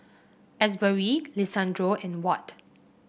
Asbury Lisandro and Watt